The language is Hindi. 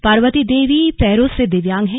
पावर्ती देवी पैरों से दिव्यांग हैं